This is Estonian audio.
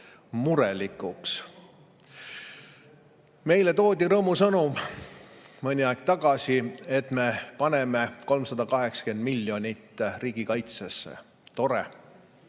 murelikuks. Meile toodi rõõmusõnum mõni aeg tagasi, et me paneme 380 miljonit riigikaitsesse. Tore!